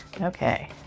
Okay